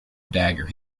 dagger